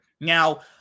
Now